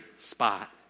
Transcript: spot